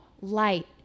light